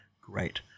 Great